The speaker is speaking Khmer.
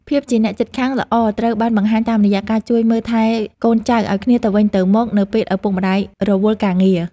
ភាពជាអ្នកជិតខាងល្អត្រូវបានបង្ហាញតាមរយៈការជួយមើលថែកូនចៅឱ្យគ្នាទៅវិញទៅមកនៅពេលឪពុកម្ដាយរវល់ការងារ។